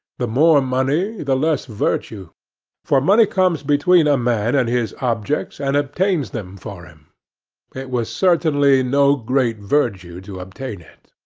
the more money, the less virtue for money comes between a man and his objects, and obtains them for him it was certainly no great virtue to obtain it.